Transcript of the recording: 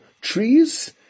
trees